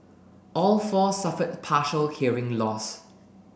all four suffered partial hearing loss